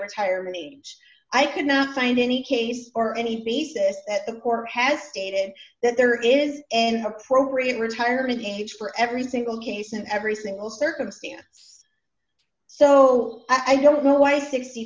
retirement age i could not find any case or any basis at the core has stated that there is an appropriate retirement age for every single case of every single circumstance so i don't know why